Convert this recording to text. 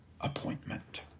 appointment